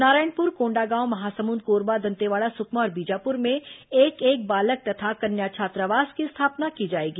नारायणपुर कोंडागांव महासमुंद कोरबा दंतेवाड़ा सुकमा और बीजापुर में एक एक बालक तथा कन्या छात्रावास की स्थापना की जाएगी